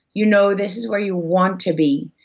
you know this is where you want to be,